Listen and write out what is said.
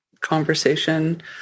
conversation